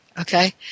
okay